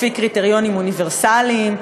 לפי קריטריונים אוניברסליים,